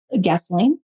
gasoline